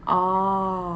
oh